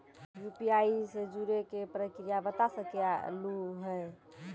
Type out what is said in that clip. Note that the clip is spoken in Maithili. यु.पी.आई से जुड़े के प्रक्रिया बता सके आलू है?